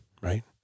right